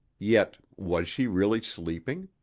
yet was she really sleeping?